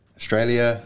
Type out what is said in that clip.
Australia